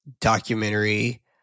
documentary